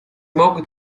могут